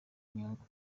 inyungu